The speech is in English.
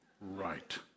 right